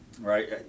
Right